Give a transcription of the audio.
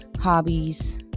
hobbies